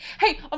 Hey